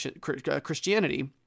Christianity